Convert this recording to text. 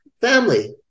family